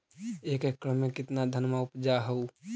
एक एकड़ मे कितना धनमा उपजा हू?